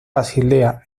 basilea